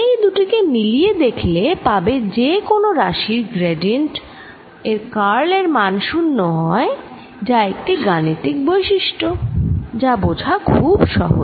এই দুটি কে মিলিয়ে দেখলে পাবো যে কোন রাশির গ্র্যাডিয়েন্ট এর কার্ল এর মান 0 হয় যা একটি গাণিতিক বৈশিষ্ট্য যা বোঝা খুব সহজ